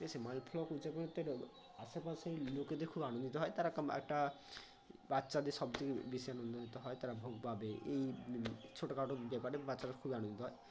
তো সে মাইল ফলক উদযাপনের তো এক আশেপাশের লোকেদের খুব আনন্দিত হয় তারা এরকম একটা বাচ্চাদের সব থেকে বেশি আনন্দিত হয় তারা ভোগ পাবে এই ছোটখাটো ব্যাপারে বাচ্চারা খুবই আনন্দিত হয়